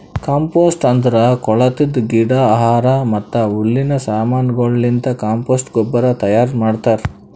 compost ಅಂದುರ್ ಕೊಳತಿದ್ ಗಿಡ, ಆಹಾರ ಮತ್ತ ಹುಲ್ಲಿನ ಸಮಾನಗೊಳಲಿಂತ್ ಕಾಂಪೋಸ್ಟ್ ಗೊಬ್ಬರ ತೈಯಾರ್ ಮಾಡ್ತಾರ್